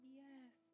yes